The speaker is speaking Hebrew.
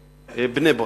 בני-ברק,